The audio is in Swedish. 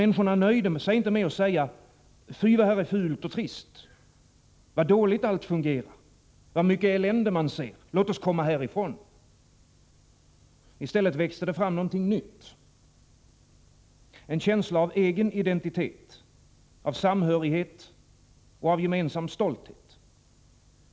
Människorna nöjde sig inte med att säga: Fy vad här är fult och trist, vad dåligt allt fungerar, vad mycket elände man ser — låt oss komma härifrån. I stället växte det fram något nytt: en känsla av egen identitet, av samhörighet och av gemensam stolthet.